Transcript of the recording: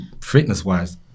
fitness-wise